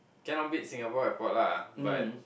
cannot beat Singapore airport lah but